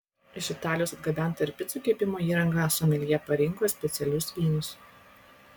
iš italijos atgabenta ir picų kepimo įranga someljė parinko specialius vynus